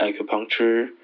acupuncture